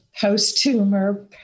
post-tumor